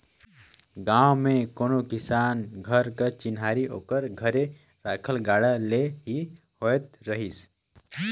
गाँव मे कोनो किसान घर कर चिन्हारी ओकर घरे रखल गाड़ा ले ही होवत रहिस